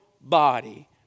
body